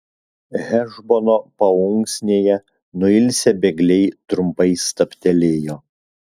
hešbono paunksnėje nuilsę bėgliai trumpai stabtelėjo